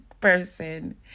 person